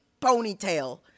ponytail